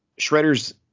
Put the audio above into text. Shredder's